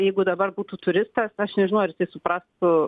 jeigu dabar būtų turistas aš nežinau ar jisai suprastų